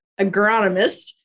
agronomist